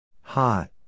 Hot